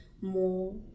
more